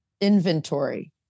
inventory